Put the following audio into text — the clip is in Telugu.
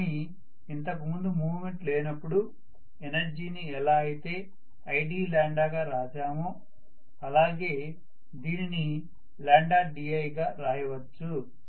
కానీ ఇంతకు ముందు మూవ్మెంట్ లేనప్పుడు ఎనర్జీని ఎలా అయితే id గా రాశామో అలాగే దీనిని di గా రాయవచ్చు